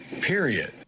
period